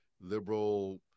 liberal